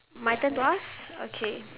my turn to ask okay